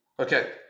Okay